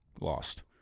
lost